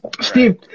Steve